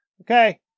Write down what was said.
Okay